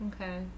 Okay